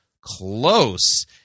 close